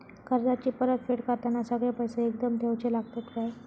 कर्जाची परत फेड करताना सगळे पैसे एकदम देवचे लागतत काय?